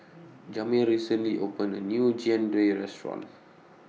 Jamir recently opened A New Jian Dui Restaurant